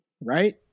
right